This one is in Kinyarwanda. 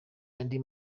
andi